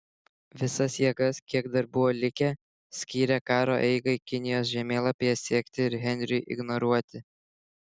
visas jėgas kiek dar buvo likę skyrė karo eigai kinijos žemėlapyje sekti ir henriui ignoruoti